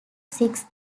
six